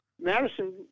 Madison